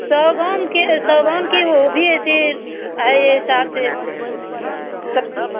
सागौन सागौन की वो भी ऐसे है ये हिसाब से मतलब